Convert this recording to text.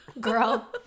girl